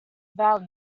valley